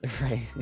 right